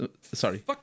Sorry